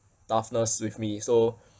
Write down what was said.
toughness with me so